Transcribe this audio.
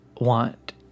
want